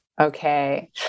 Okay